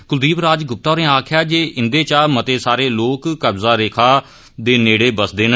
क्लदीप राज ग्प्ता होरें आक्खेया जे इन्दे इचा मते सारे लोक कब्जा रेखा दे नेड़े बसदे न